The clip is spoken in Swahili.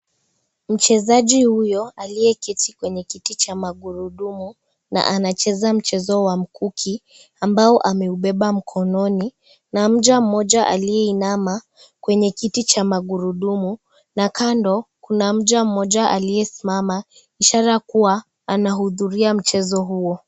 Mchezaji huyo aliyeketi kwenye kiti cha magurudumu, na anacheza mchezo wa mkuki ambao ameubeba mkononi, na mja mmoja aliyeinama kwenye kiti cha magurudumu, na kando kuna mja mmoja aliyesimama ishara kuwa anaudhuria mchezo huo.